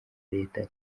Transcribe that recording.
leta